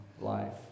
life